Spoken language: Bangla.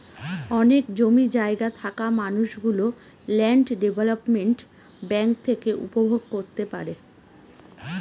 অনেক জমি জায়গা থাকা মানুষ গুলো ল্যান্ড ডেভেলপমেন্ট ব্যাঙ্ক থেকে উপভোগ করতে পারে